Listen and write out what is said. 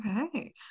Okay